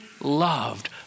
loved